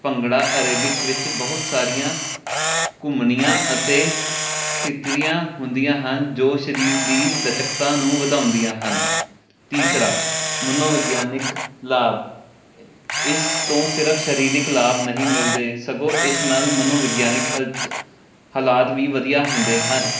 bhangra aerobics ਵਿੱਚ ਬਹੁਤ ਸਾਰੀਆਂ ਘੁੰਮਣੀਆਂ ਅਤੇ ਸਥਿਤੀਆਂ ਹੁੰਦੀਆਂ ਹਨ ਜੋ ਸਰੀਰ ਦੀ ਲਚਕਤਾ ਨੂੰ ਵਧਾਉਂਦੀਆਂ ਹਨ ਤੀਸਰਾ ਮਨੋਵਿਗਿਆਨਿਕ ਲਾਭ ਇਸ ਤੋਂ ਸਿਰਫ਼ ਸਰੀਰਿਕ ਲਾਭ ਨਹੀਂ ਮਿਲਦੇ ਸਗੋਂ ਇਸ ਨਾਲ ਮਨੋਵਿਗਿਆਨਿਕ ਹਲਚ ਹਾਲਾਤ ਵੀ ਵਧੀਆ ਹੁੰਦੇ ਹੈ